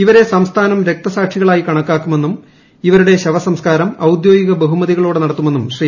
ഇവരെ സംസ്ഥാനം രക്ത സാക്ഷികളായി കണക്കാക്കുമെന്നും ഇവരുടെ ശവസംസ്ക്കാരം ഔദ്യോഗിക ബഹുമതികളോടെ നടത്തുമെന്നും ശ്രീ